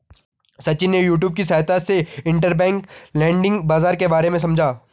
सचिन ने यूट्यूब की सहायता से इंटरबैंक लैंडिंग बाजार के बारे में समझा